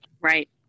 Right